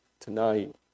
Tonight